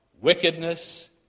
Wickedness